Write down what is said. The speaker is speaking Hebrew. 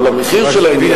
אבל המחיר של העניין הזה,